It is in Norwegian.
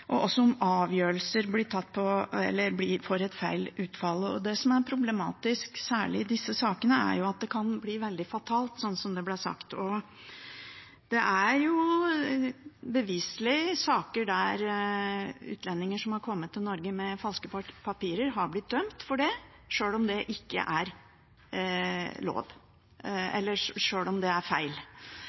også når avgjørelser får et feil utfall. Det som er problematisk, særlig i disse sakene, er at det kan bli veldig fatalt, sånn som det ble sagt. Det er beviselig saker der utlendinger som har kommet til Norge med falske papirer, har blitt dømt for det, sjøl om det er feil. Det ligger et representantforslag i Stortinget til behandling om å ta opp de sakene. Det er